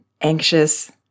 anxious